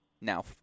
Now